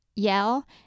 yell